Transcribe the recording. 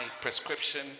prescription